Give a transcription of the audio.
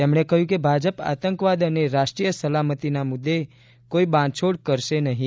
તેમણે કહ્યું કે ભાજપ આતંકવાદ અને રાષ્ટ્રીય સલામતીના મુદ્દે કોઇ બાંધછોડ કરશે નહીં